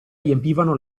riempivano